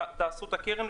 תעשו את הקרן,